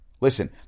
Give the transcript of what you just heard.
Listen